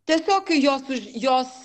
tiesiog kai jos už jos